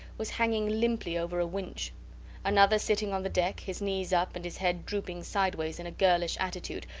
was hanging limply over a winch another, sitting on the deck, his knees up and his head drooping sideways in a girlish attitude,